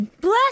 Bless